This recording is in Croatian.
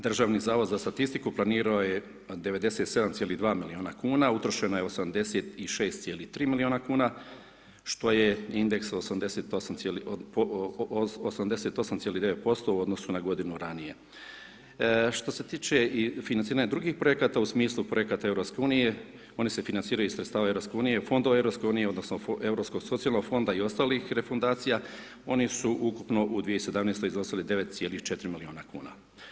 Državni zavod za statistiku planirao je 97.2 miliona kuna utrošeno je 86.3. miliona kuna, što je indeks 88.9% u odnosu na godinu ranije. što se tiče financiranja drugih projekata u smislu projekata EU oni se financiraju iz sredstava Eu, fondova EU odnosno Europsko socijalnog fonda i ostalih refundacija, oni su ukupno u 2017. izglasali 9.4 miliona kuna.